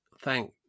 thank